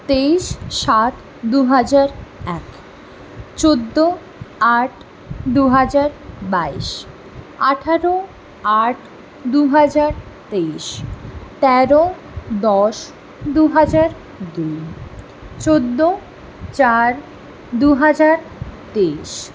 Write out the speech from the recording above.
তেইশ সাত দুহাজার এক চোদ্দ আট দুহাজার বাইশ আঠের আট দুহাজার তেইশ তের দশ দুহাজার দুই চোদ্দ চার দুহাজার তেইশ